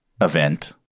event